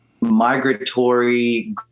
migratory